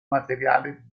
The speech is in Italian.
materiale